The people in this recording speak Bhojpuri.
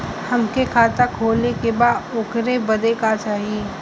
हमके खाता खोले के बा ओकरे बादे का चाही?